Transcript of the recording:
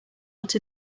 want